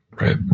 right